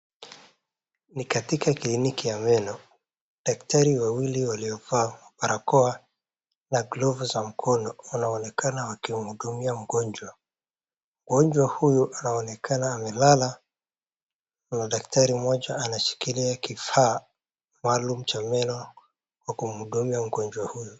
Ni katika kliniki ya meno, daktari wawili waliovaa barakoa na glavu za mkono wanaonekana wakimhudumia mgonjwa. Mgonjwa huyu anaonekana amelala na daktari mmoja anashikilia kifaa maalum cha meno cha kumdungia mgonjwa huyu.